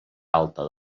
alta